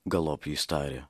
galop jis tarė